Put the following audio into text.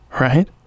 Right